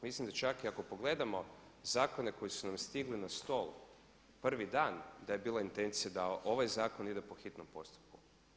Mislim da čak i ako pogledamo zakone koji su nam stigli na stol prvi dan da je bila intencija da ovaj zakon ide po hitnom postupku.